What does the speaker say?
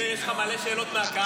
יש לך מלא שאלות מהקהל.